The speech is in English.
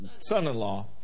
son-in-law